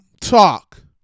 talk